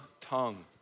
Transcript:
tongue